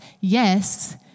Yes